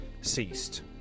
ceased